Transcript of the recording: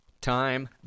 Time